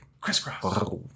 Crisscross